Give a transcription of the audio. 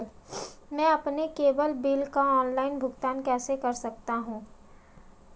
मैं अपने cable bill का ऑनलाइन भुगतान कैसे कर सकता हूं?